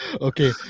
Okay